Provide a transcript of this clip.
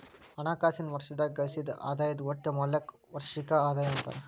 ಹಣಕಾಸಿನ್ ವರ್ಷದಾಗ ಗಳಿಸಿದ್ ಆದಾಯದ್ ಒಟ್ಟ ಮೌಲ್ಯಕ್ಕ ವಾರ್ಷಿಕ ಆದಾಯ ಅಂತಾರ